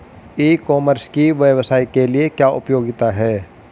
ई commerce की व्यवसाय के लिए क्या उपयोगिता है?